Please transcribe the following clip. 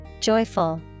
Joyful